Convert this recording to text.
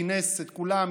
הוא כינס את כולם,